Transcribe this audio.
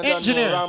Engineer